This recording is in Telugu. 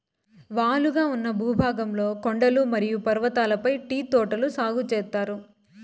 వాలుగా ఉన్న భూభాగంలో కొండలు మరియు పర్వతాలపై టీ తోటలు సాగు చేత్తారు